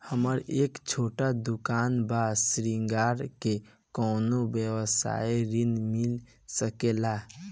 हमर एक छोटा दुकान बा श्रृंगार के कौनो व्यवसाय ऋण मिल सके ला?